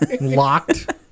locked